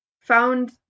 Found